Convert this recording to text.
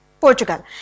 Portugal